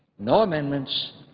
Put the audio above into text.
no amendments,